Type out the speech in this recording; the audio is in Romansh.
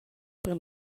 per